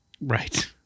Right